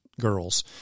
girls